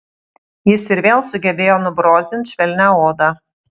jis ir vėl sugebėjo nubrozdint švelnią odą